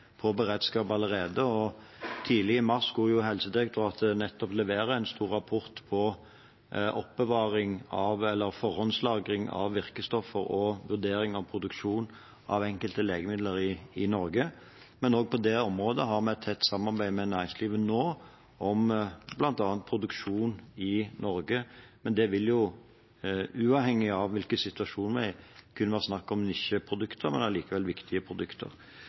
Tidlig i mars skulle Helsedirektoratet levere en stor rapport om oppbevaring eller forhåndslagring av virkestoffer og med en vurdering av produksjon av enkelte legemidler i Norge. Også på dette området har vi tett samarbeid med næringslivet nå om bl.a. produksjon i Norge. Det vil jo, uavhengig av hvilken situasjon vi er i, kunne være snakk om nisjeprodukter, men allikevel viktige produkter.